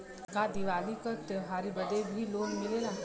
का दिवाली का त्योहारी बदे भी लोन मिलेला?